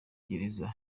gereza